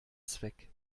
zweck